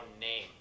name